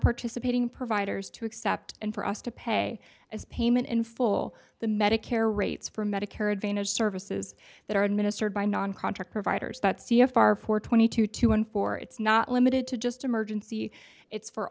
participating providers to accept and for us to pay as payment in full the medicare rates for medicare advantage services that are administered by non contract providers that c f r for twenty two to one for it's not limited to just emergency it's for